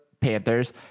Panthers